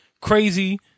crazy